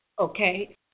Okay